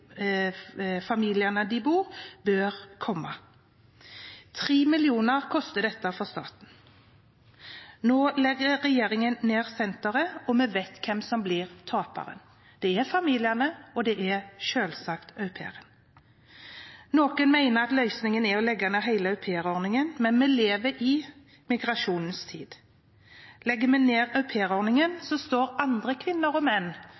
familiene au pair-ene bor, bør komme. 3 mill. kr koster dette for staten. Nå legger regjeringen ned senteret, og vi vet hvem som blir taperen. Det er familiene, og det er selvsagt au pair-en. Noen mener at løsningen er å legge ned hele aupairordningen, men vi lever i migrasjonens tid. Legger vi ned aupairordningen, står andre kvinner og menn